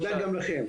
תודה גם לכם.